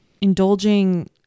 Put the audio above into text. Indulging